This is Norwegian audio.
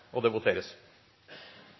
Fremskrittspartiet Det voteres